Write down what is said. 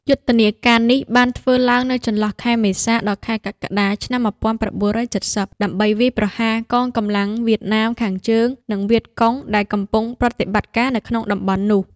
យុទ្ធនាការនេះបានធ្វើឡើងនៅចន្លោះខែមេសាដល់ខែកក្កដា ឆ្នាំ ១៩៧០ ដើម្បីវាយប្រហារកងកម្លាំងវៀតណាមខាងជើង និងវៀតកុង ដែលកំពុងប្រតិបត្តិការនៅក្នុងតំបន់នោះ។